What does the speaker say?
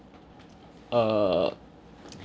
err